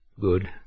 good